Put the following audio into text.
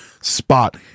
spot